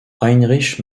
heinrich